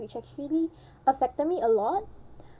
which actually affected me a lot